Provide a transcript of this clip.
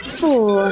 four